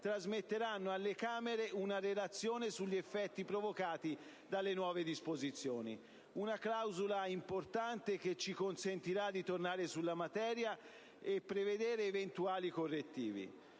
trasmetterà alle Camere una relazione sugli effetti delle nuove disposizioni, una clausola importante che ci consentirà di tornare sulla materia e prevedere eventuali altri correttivi.